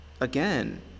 Again